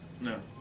No